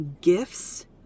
gifts